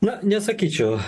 na nesakyčiau